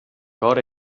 cor